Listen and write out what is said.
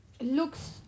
looks